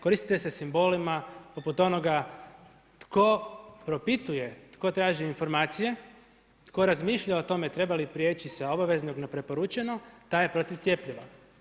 Koristite se simbolima poput onoga tko propituje, tko traži informacije, tko razmišlja o tome treba li prijeći sa obaveznog na preporučeno taj je protiv cjepiva.